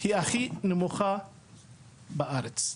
היא הכי נמוכה בארץ,